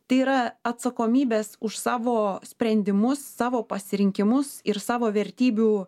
tai yra atsakomybės už savo sprendimus savo pasirinkimus ir savo vertybių